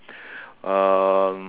um